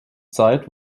zeit